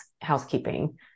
housekeeping